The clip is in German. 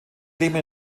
leben